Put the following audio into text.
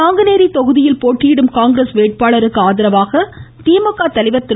நாங்குனேரி தொகுதியில் போட்டியிடும் காங்கிரஸ் வேட்பாளருக்கு ஆதரவாக கிமுக தலைவர் திரு